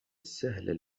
سهلة